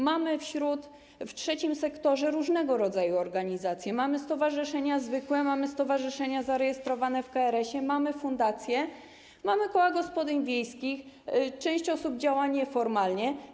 Mamy w trzecim sektorze różnego rodzaju organizacje: mamy stowarzyszenia zwykłe, mamy stowarzyszenia zarejestrowane w KRS-ie, mamy fundacje, mamy koła gospodyń wiejskich, część osób działa nieformalnie.